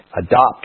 adopt